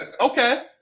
Okay